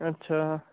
अच्छा